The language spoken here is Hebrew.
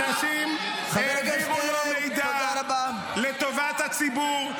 --- אנשים העבירו לו מידע לטובת הציבור,